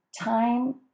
time